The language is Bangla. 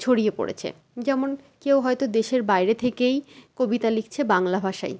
ছড়িয়ে পড়েছে যেমন কেউ হয়তো দেশের বাইরে থেকেই কবিতা লিখছে বাংলা ভাষায়